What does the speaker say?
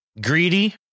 greedy